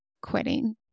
quitting